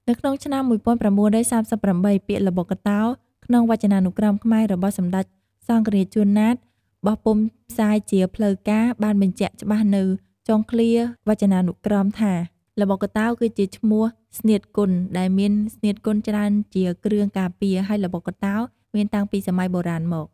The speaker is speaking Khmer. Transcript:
នៅក្នុងឆ្នាំ ១៩៣៨ ពាក្យ "ល្បុក្កតោ " ក្នុងវចនានុក្រមខ្មែររបស់សម្ដេចសង្ឃរាជ ជួន ណាត បោះពុម្ពផ្សាយជាផ្លូវការណ៍ បានបញ្ចាក់ច្បាស់នៅចុងឃ្លាវចនានុក្រមថា ល្បុក្កតោ គឺជាឈ្មោះស្នៀតគុន ដែលមានស្នៀតគុនច្រើនជាគ្រឿងការពារ ហើយល្បុក្កតោ មានតាំងពីសម័យបុរាណមក ។